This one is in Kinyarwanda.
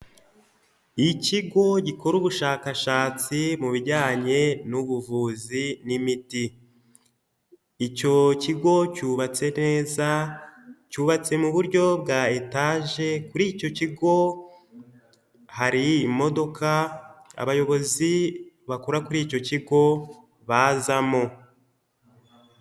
Ikigo gikora ubushakashatsi mu bijyanye n'ubuvuzi n'imiti, icyo kigo cyubatse neza cyubatse mu buryo bwa etaje, kuri icyo kigo hari imodoka abayobozi bakora kuri icyo kigo bazamo.